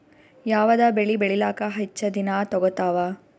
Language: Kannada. ಯಾವದ ಬೆಳಿ ಬೇಳಿಲಾಕ ಹೆಚ್ಚ ದಿನಾ ತೋಗತ್ತಾವ?